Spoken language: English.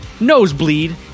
Nosebleed